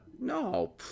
No